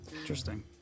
Interesting